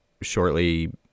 shortly